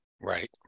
Right